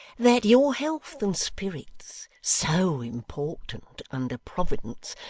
that your health and spirits so important, under providence,